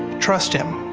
trust him.